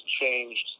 changed